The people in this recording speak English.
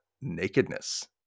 nakedness